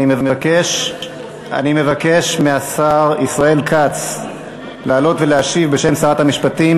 אני מבקש מהשר ישראל כץ לעלות ולהשיב בשם שרת המשפטים.